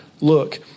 Look